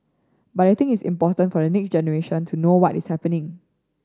but I think it's important for the next generation to know what is happening